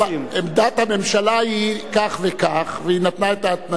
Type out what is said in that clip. עמדת הממשלה היא כך וכך, והיא נתנה את ההתניות.